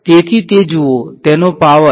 તેથી તે જુઓ તેનો પાવર